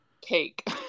cake